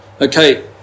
Okay